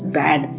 bad